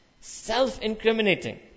Self-incriminating